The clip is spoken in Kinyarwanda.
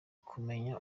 kumenya